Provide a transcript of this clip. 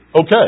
Okay